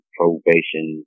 probation